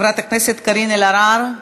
חברת הכנסת קארין אלהרר,